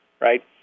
right